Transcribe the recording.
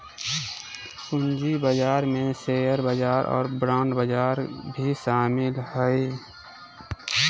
पूँजी बजार में शेयर बजार और बांड बजार भी शामिल हइ